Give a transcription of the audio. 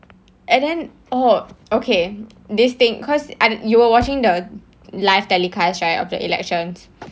and then oh okay this thing because I you were watching the live telecast right of the elections